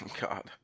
God